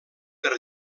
per